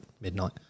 midnight